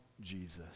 Jesus